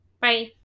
Bye